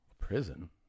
Prison